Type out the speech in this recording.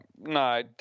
No